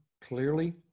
clearly